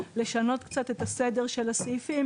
לשנות קצת את הסדר של הסעיפים,